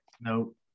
Nope